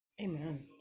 Amen